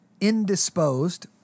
indisposed